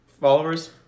Followers